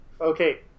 Okay